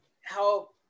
help